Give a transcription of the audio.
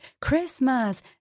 Christmas